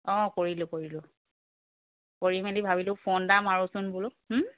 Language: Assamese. অঁ কৰিলোঁ কৰিলোঁ কৰি মেলি ভাবিলোঁ ফোন এটা মাৰোছোন বোলো